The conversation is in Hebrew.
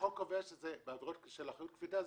באחריות קפידה הקנס הוא